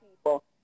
people